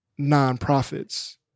nonprofits